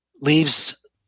leaves